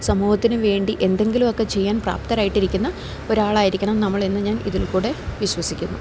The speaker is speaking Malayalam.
സമൂഹത്തിനുവേണ്ടി എന്തെങ്കിലുമൊക്കെ ചെയ്യാൻ പ്രാപ്തരായിട്ടിരിക്കുന്ന ഒരാളായിരിക്കണം നമ്മളെന്നു ഞാൻ ഇതിൽക്കൂടെ വിശ്വസിക്കുന്നു